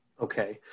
Okay